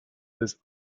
des